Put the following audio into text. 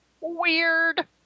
Weird